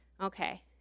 Okay